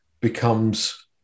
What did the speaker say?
becomes